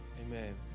Amen